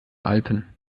alpen